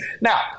Now